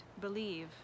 believe